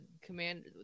command